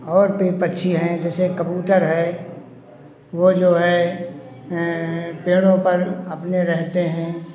और भी पक्षी हैं जैसे कबूतर है वो जो है पेड़ों पर अपने रहते हैं